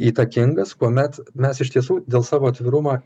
įtakingas kuomet mes iš tiesų dėl savo atvirumo